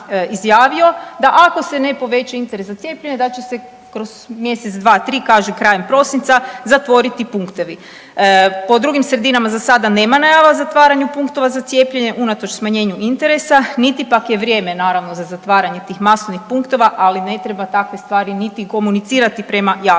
da ako se ne poveća interes za cijepljenje da će se kroz mjesec, dva, tri, kaže krajem prosinca zatvoriti punktovi. Po drugim sredinama za sada nema najava o zatvaranju punktova za cijepljenja unatoč smanjenju interesa, niti pak je vrijeme naravno za zatvaranje tih masovnih punktova, ali ne treba takve stvari niti komunicirati prema javnosti.